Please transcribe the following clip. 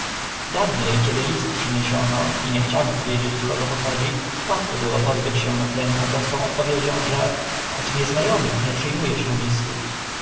kiedy list przyniesiono i nie chciano powiedzieć od kogo pochodzi łatwo było pozbyć się natręta prostą odpowiedzią że od niezna omych nie przy mu e się listów